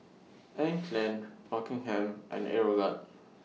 Anne Klein Rockingham and Aeroguard